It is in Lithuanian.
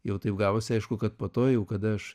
jau taip gavosi aišku kad po to jau kada aš